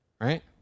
Right